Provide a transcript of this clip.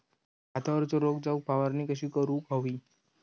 भातावरचो रोग जाऊक फवारणी कशी करूक हवी?